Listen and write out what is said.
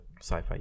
sci-fi